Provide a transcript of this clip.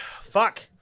Fuck